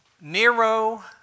Nero